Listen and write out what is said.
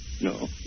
No